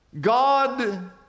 God